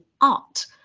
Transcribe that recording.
art